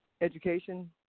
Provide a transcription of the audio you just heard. education